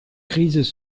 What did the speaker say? crises